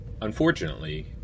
Unfortunately